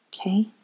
Okay